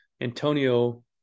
Antonio